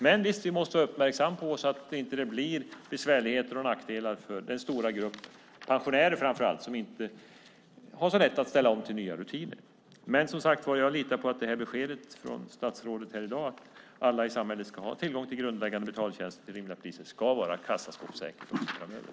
Men visst måste vi vara uppmärksamma på att det inte blir besvärligheter och nackdelar framför allt för den stora grupp pensionärer som inte har så lätt att ställa om till nya rutiner. Jag litar på att beskedet från statsrådet här i dag om att alla i samhället ska ha tillgång till grundläggande betaltjänster till rimliga priser och att det ska vara kassaskåpssäkert också framöver.